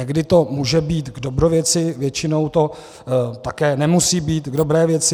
Někdy to může být k dobru věci, většinou to také nemusí být k dobru věci.